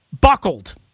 buckled